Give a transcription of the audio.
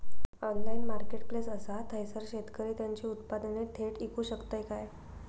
Online marketplace असा थयसर शेतकरी त्यांची उत्पादने थेट इकू शकतत काय?